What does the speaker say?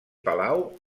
palau